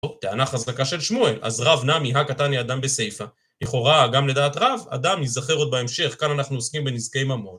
טענת חזקה של שמואל, אז רב נעמי הקטן היא אדם בסייפא. לכאורה גם לדעת רב, אדם ייזכר עוד בהמשך, כאן אנחנו עוסקים בנזקי ממות.